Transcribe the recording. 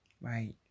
right